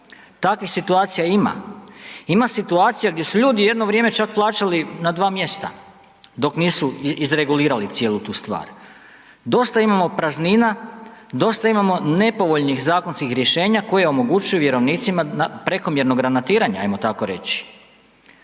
Takvih situacija ima. Ima situacija gdje su ljudi jedno vrijeme čak plaćali na dva mjesta dok nisu izregulirali cijelu tu stvar. Dosta imamo praznina, dosta imamo nepovoljnih zakonskih rješenja koje omogućuje vjerovnicima prekomjerno granatiranje, ajmo tako reći.